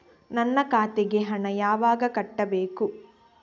ನನ್ನ ಖಾತೆಗೆ ಹಣ ಯಾವಾಗ ಕಟ್ಟಬೇಕು?